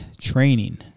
training